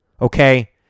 Okay